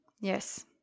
Yes